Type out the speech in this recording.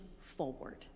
forward